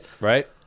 right